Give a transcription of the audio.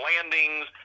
landings